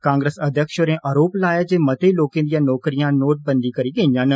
कांग्रेस अध्यक्ष होरें आरोप लाया जे मते लोकें दियां नौकरिया नोटबंदी करी गेईयां न